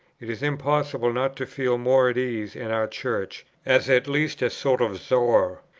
it is impossible not to feel more at ease in our church, as at least a sort of zoar,